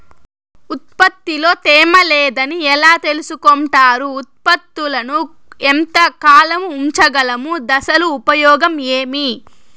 ఉత్పత్తి లో తేమ లేదని ఎలా తెలుసుకొంటారు ఉత్పత్తులను ఎంత కాలము ఉంచగలము దశలు ఉపయోగం ఏమి?